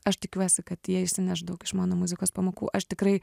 aš tikiuosi kad jie išsineš daug iš mano muzikos pamokų aš tikrai